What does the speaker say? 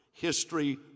history